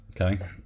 okay